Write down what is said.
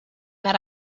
that